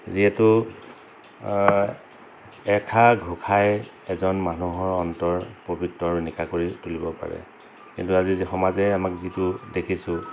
যিহেতু এষাৰ ঘোষাই এজন মানুহৰ অন্তৰ পৱিত্ৰ আৰু নিকা কৰি তুলিব পাৰে কিন্তু আজি যে সমাজে আমাক যিটো দেখিছোঁ